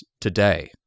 today